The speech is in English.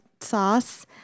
sauce